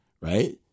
right